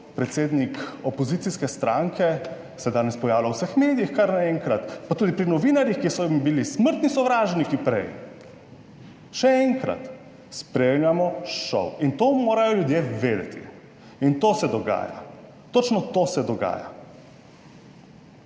Predsednik opozicijske stranke se danes pojavlja v vseh medijih, kar naenkrat, pa tudi pri novinarjih, ki so jim bili smrtni sovražniki prej. Še enkrat, spremljamo šov in to morajo ljudje vedeti in to se dogaja. Točno to se dogaja.